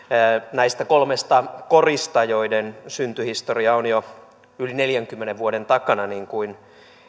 näistä kolmesta korista joiden syntyhistoria on jo yli neljänkymmenen vuoden takana niin kuin